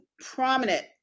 prominent